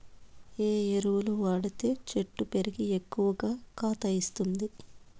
ఏ ఎరువులు వాడితే చెట్టు పెరిగి ఎక్కువగా కాత ఇస్తుంది?